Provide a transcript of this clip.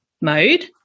mode